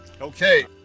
Okay